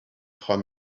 from